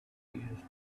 used